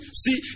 see